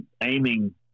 aiming